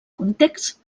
context